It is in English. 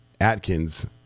Atkins